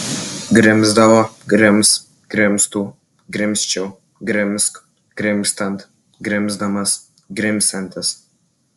grimzdavo grims grimztų grimzčiau grimzk grimztant grimzdamas grimsiantis